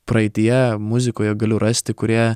praeityje muzikoje galiu rasti kurie